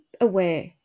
aware